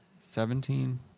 Seventeen